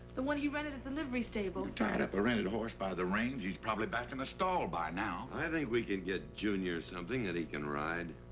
the one he rented at the livery stable. tied up a rented horse by the reins? he's probably back in the stall by now. i think we can get junior something that he can ride.